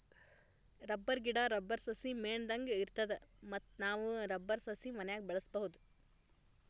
rubber ಗಿಡಾ, rubber ಸಸಿ ಮೇಣದಂಗ್ ಇರ್ತದ ಮತ್ತ್ ನಾವ್ ರಬ್ಬರ್ ಸಸಿ ಮನ್ಯಾಗ್ ಬೆಳ್ಸಬಹುದ್